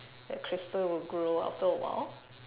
that crystal will grow after a while